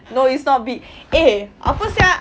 no it's not big eh apa sia